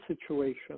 situation